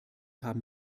haben